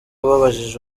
babajije